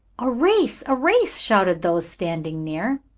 a race! a race! shouted those standing near.